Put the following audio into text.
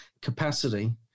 capacity